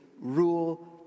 rule